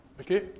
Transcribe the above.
Okay